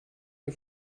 ihr